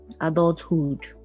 adulthood